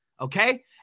okay